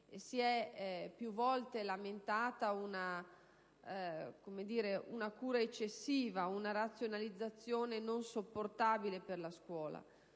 Si è più volte lamentata una cura eccessiva, una razionalizzazione non sopportabile per la scuola.